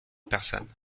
personne